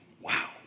wow